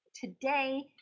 today